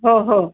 हो हो